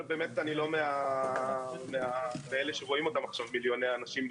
כי כאילו יש הסכמה אצל כולם שהן לא ישימות כמו שהן כתובות כרגע.